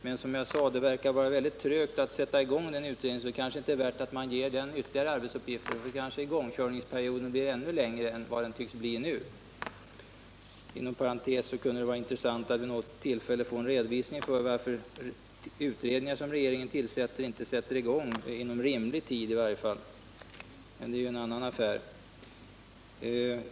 Men som jag sade verkar det vara trögt att få i gång denna utredning, varför det kanske inte är värt att man ger den ytterligare arbetsuppgifter. Igångkörningsperioden kan då komma att bli ännu längre än den tycks bli nu. Inom parentes sagt kunde det vara intressant att vid något tillfälle få en redovisning för varför utredningar som regeringen tillsätter inte sätter i gång inom rimlig tid. Men det är ju en annan affär.